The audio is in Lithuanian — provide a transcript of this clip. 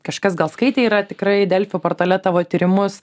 kažkas gal skaitę yra tikrai delfi portale tavo tyrimus